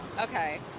Okay